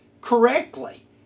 correctly